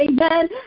amen